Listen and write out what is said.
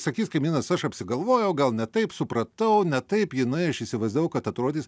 sakys kaimynas aš apsigalvojau gal ne taip supratau ne taip jinai aš įsivaizdavau kad atrodys